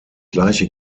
gleiche